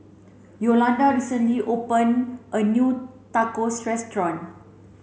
Yolonda recently open a new Tacos restaurant